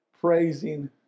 praising